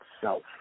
self